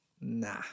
Nah